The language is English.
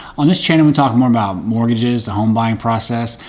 on this channel we talk more about mortgages, the home buying process,